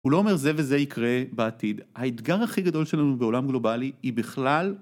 הוא לא אומר זה וזה יקרה בעתיד. האתגר הכי גדול שלנו בעולם גלובלי היא בכלל...